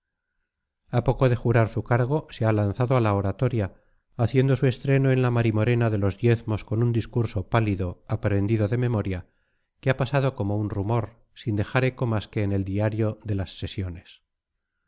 a poco de jurar su cargo se ha lanzado a la oratoria haciendo su estreno en la marimorena de los diezmos con un discursito pálido aprendido de memoria que ha pasado como un rumor sin dejar eco más que en el diario de las sesiones